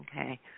Okay